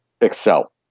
excel